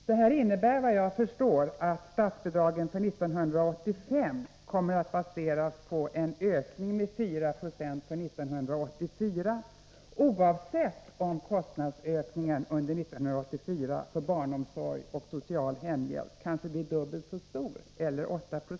Detta innebär, såvitt jag förstår, att statsbidragen för 1985 kommer att baseras på en ökning med 4 96 för 1984, oavsett om kostnadsökningen under 1984 för barnomsorg och social hemhjälp kanske blir dubbelt så stor eller 8 Jo.